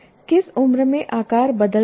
किस उम्र में आकार बदल जाएगा